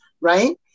right